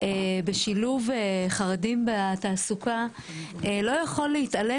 בשילוב חרדים בתעסוקה לא יכול להתעלם